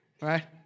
right